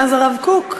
מאז הרב קוק,